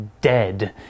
dead